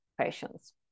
patients